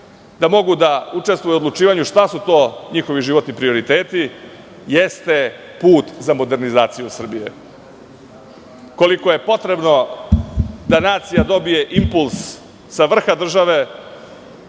da mogu da učestvuju u odlučivanju šta su to njihovi životni prioriteti, jeste put za modernizaciju Srbije. Koliko je potrebno da nacija dobije impuls sa vrha države,